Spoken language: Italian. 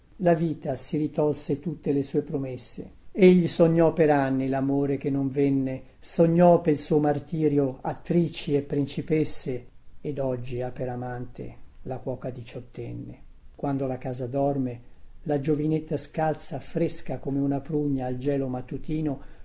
la vita si ritolse tutte le sue promesse egli sognò per anni lamore che non venne sognò pel suo martirio attrici e principesse ed oggi ha per amante la cuoca diciottenne quando la casa dorme la giovinetta scalza fresca come una prugna al gelo mattutino